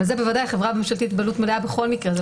אבל זו בוודאי חברה ממשלתית בעלות מלאה בכל מקרה.